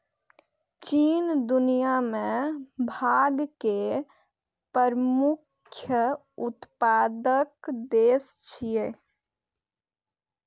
चीन दुनिया मे भांग के मुख्य उत्पादक देश छियै